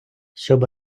щоб